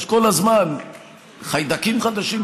יש כל הזמן חיידקים חדשים,